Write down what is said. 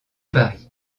paris